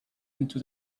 into